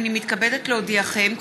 הינני מתכבדת להודיעכם,